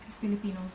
Filipinos